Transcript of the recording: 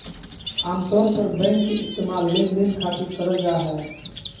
आमतौर पर बैंक के इस्तेमाल लेनदेन खातिर करल जा हय